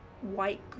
white